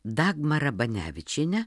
dagmara banevičiene